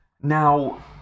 Now